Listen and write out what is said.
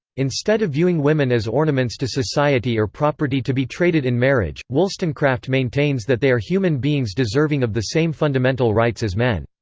instead of viewing women as ornaments to society or property to be traded in marriage, wollstonecraft maintains that they are human beings deserving of the same fundamental rights as men.